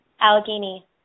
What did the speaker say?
Allegheny